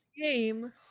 Game